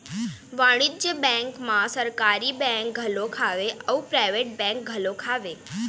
वाणिज्य बेंक म सरकारी बेंक घलोक हवय अउ पराइवेट बेंक घलोक हवय